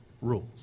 rules